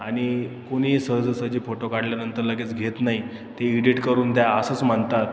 आणि कोणीही सहजासहजी फोटो काढल्यानंतर लगेच घेत नाही ते इडिट करून द्या असंच म्हणतात